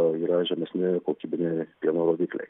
yra žemesni kokybiniai pieno rodikliai